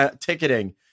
ticketing